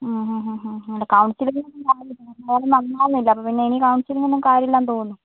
ആ ഹാ ഹാ ഹാ അല്ല കൗൺസിലിങ്ങിന് വന്നാലും അയാൾ നന്നാകുന്നില്ല അപ്പോൾ പിന്നെ ഇനി കൗൺസിലിങ് ഒന്നും കാര്യമില്ലാന്ന് തോന്നുന്നു